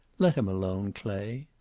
let him alone, clay.